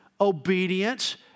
obedience